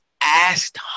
asked